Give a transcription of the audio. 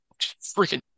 freaking